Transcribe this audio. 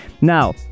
Now